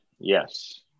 Yes